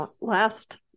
last